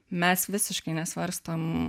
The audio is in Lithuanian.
mes visiškai nesvarstom